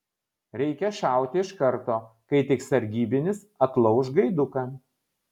reikia šauti iš karto kai tik sargybinis atlauš gaiduką